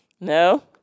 No